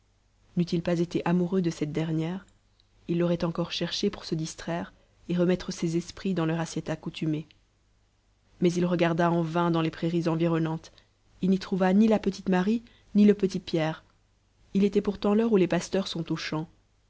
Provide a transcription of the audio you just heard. n'eût-il pas été amoureux de cette dernière il l'aurait encore cherchée pour se distraire et remettre ses esprits dans leur assiette accoutumée mais il regarda en vain dans les prairies environnantes il n'y trouva ni la petite marie ni le petit pierre il était pourtant l'heure où les pasteurs sont aux champs